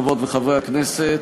חברות וחברי הכנסת,